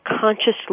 consciously